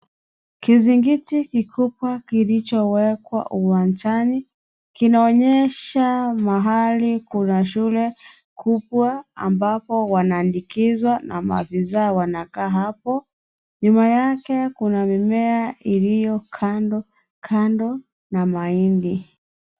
Kizingiti kikubwa kilichowekwa uwanjani, kinaonyesha mahali kuna shule kubwa, ambapo wanaandikizwa na maafisa wanakaa hapo. Nyuma yake, kuna mimea, iliyo kando kando na mahindi.